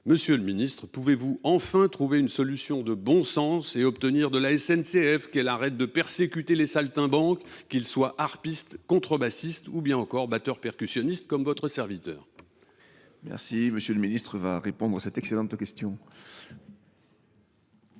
Monsieur le ministre, pouvez vous enfin trouver une solution de bon sens et obtenir de la SNCF qu’elle arrête de persécuter les saltimbanques, qu’ils soient harpistes, contrebassistes, ou bien encore batteurs percussionnistes, comme votre serviteur ? La parole est à M. le ministre. Monsieur le batteur Hugonet